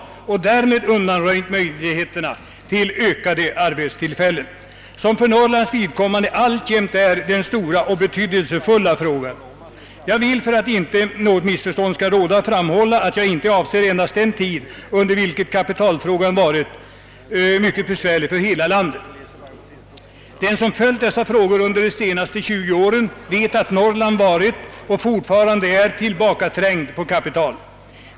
Därigenom har man inte kunnat tillvarata möjligheterna till ökade arbetstillfällen — den för Norrlands vidkommande alltjämt stora och betydelsefulla frågan. Jag vill för att inte något missförstånd skall råda framhålla att jag inte avser endast den tid under vilken kapitalfrågorna varit mycket besvärliga för hela landet. Den som följt dessa frågor under de senaste tjugo åren vet att Norrland har varit och fortfarande är tillbakaträngt när det gäller tillgången på kapital.